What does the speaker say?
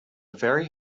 very